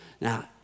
Now